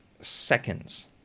seconds